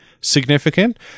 significant